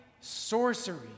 sorcery